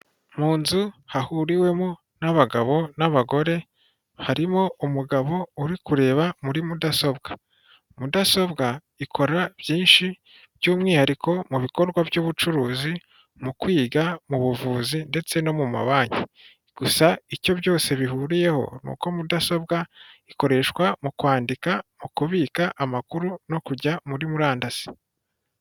Mu nzu hahuriwemo n'abagabo, n'abagore, harimo umugabo uri kureba muri mudasobwa ,mudasobwa ikora byinshi by'umwihariko mu bikorwa by'ubucuruzi, mu kwiga mu buvuzi ndetse no mu ma banki ,gusa icyo byose bihuriyeho ni uko mudasobwa ikoreshwa mu kwandika, mu kubibika amakuru no kujya muri murandasi.